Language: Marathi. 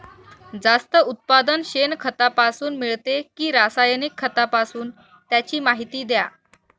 जास्त उत्पादन शेणखतापासून मिळते कि रासायनिक खतापासून? त्याची माहिती द्या